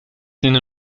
nenne